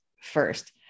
first